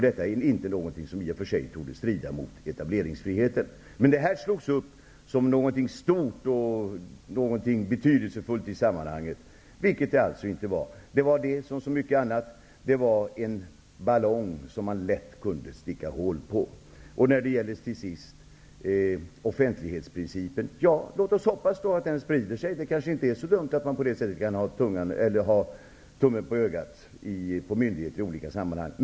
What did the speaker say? Detta är inte något som torde strida mot etableringsfriheten. Detta slogs upp som något stort och betydelsefullt i sammanhanget, vilket det alltså inte var. Det var, som så mycket annat, en ballong som man lätt kunde sticka hål på. Låt oss till sist hoppas att offentlighetsprincipen sprider sig. Det kanske inte är så dumt att på det viset ha tummen på ögat på myndigheter i olika sammanhang.